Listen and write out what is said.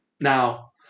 now